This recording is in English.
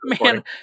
Man